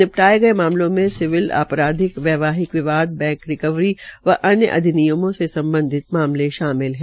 निपटाये गये मामलों में सिविल अपराधिक वैवाहिक विवाद बैंक रिकवरी व अन्य अधिनियमों से मामले शामिल है